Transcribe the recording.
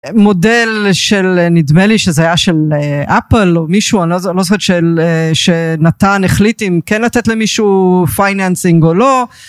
מודל של נדמה לי שזה היה של אפל או מישהו של נתן החליט אם כן לתת למישהו פייננסינג או לא.